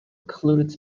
included